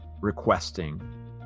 requesting